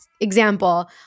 example